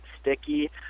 sticky